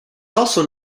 also